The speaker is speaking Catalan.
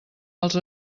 els